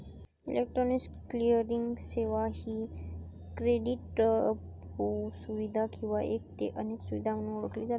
electronic clearing सेवा ही क्रेडिटपू सुविधा किंवा एक ते अनेक सुविधा म्हणून ओळखली जाते